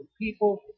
people